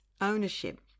ownership